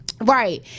right